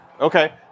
Okay